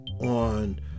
on